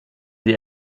die